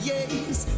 Yes